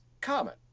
common